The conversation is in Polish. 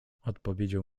odpowiedział